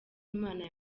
imana